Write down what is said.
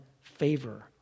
favor